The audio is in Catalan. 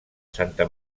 santa